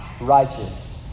righteous